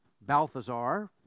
Balthazar